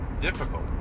difficult